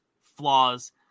flaws